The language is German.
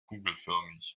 kugelförmig